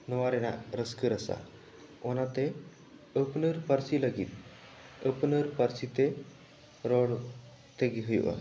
ᱱᱚᱣᱟ ᱨᱮᱱᱟᱜ ᱨᱟᱹᱥᱠᱟᱹ ᱨᱟᱥᱟ ᱚᱱᱟᱛᱮ ᱟᱹᱯᱱᱟᱹᱨ ᱯᱟᱹᱨᱥᱤ ᱞᱟᱹᱜᱤᱫ ᱟᱹᱯᱱᱟᱹᱨ ᱯᱟᱹᱨᱥᱤ ᱛᱮ ᱨᱚᱲ ᱛᱮᱜᱮ ᱦᱩᱭᱩᱜᱼᱟ